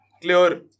clear